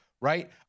Right